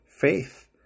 faith